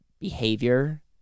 behavior